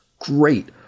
Great